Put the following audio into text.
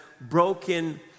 broken